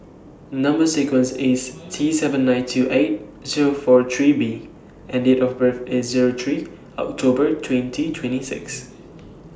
Number sequence IS T seven nine two eight Zero four three B and Date of birth IS Zero three October twenty twenty six